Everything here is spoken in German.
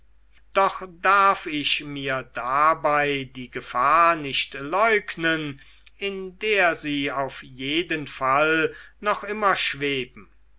doch darf ich mir dabei die gefahr nicht leugnen in der sie auf jeden fall noch immer schweben